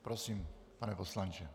Prosím, pane poslanče.